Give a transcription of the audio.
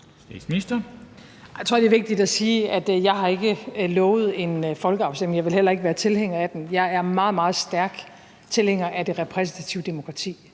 Jeg tror, det er vigtigt at sige, at jeg ikke har lovet en folkeafstemning. Jeg ville heller ikke være tilhænger af den. Jeg er meget, meget stærk tilhænger af det repræsentative demokrati.